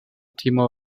timo